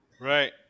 Right